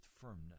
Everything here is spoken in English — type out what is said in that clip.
firmness